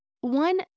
one